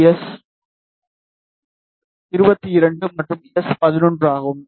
இது எஸ் 22 மற்றும் இது எஸ் 11 ஆகும்